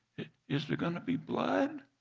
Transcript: is there going to be blood?